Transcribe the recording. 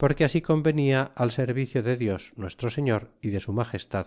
porque así convenia al servicio de dios nuestro señor y de su magestad